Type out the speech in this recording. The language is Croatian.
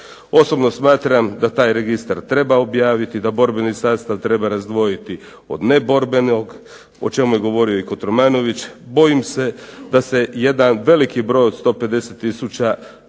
Osobno smatram da taj registar treba objaviti, da borbeni sastav treba razdvojiti od neborbenog o čemu je govorio Kotromanović. Bojim se da se jedan veliki broj od 150 tisuća